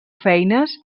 feines